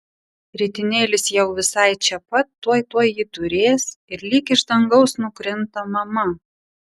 ritinėlis jau visai čia pat tuoj tuoj jį turės ir lyg iš dangaus nukrinta mama